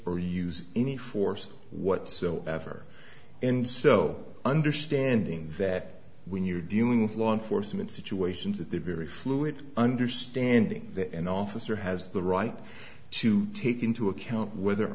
or use any force whatsoever and so understanding that when you're dealing with law enforcement situations at the very fluid understanding that an officer has the right to take into account whether